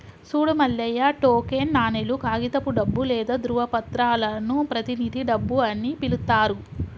సూడు మల్లయ్య టోకెన్ నాణేలు, కాగితపు డబ్బు లేదా ధ్రువపత్రాలను ప్రతినిధి డబ్బు అని పిలుత్తారు